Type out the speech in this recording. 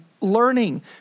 learning